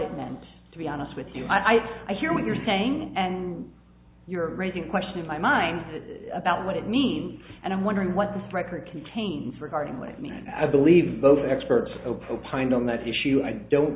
it meant to be honest with you i i hear what you're saying and you're raising a question in my mind about what it means and i'm wondering what the record contains regarding late night i believe both experts opined on that issue i don't